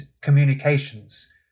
communications